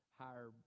higher